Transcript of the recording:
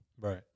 Right